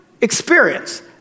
experience